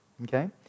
Okay